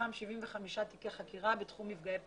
מתוכם 75 תיקי חקירה בתחום מפגעי הפסולת.